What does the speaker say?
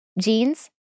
jeans